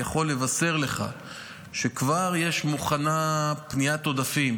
אני יכול לבשר לך שכבר מוכנה הפניית עודפים